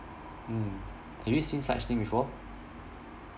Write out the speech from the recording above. mm have you seen such thing before